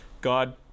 God